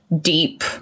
Deep